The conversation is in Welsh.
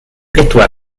pedwar